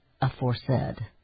aforesaid